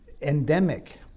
endemic